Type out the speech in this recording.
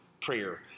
prayer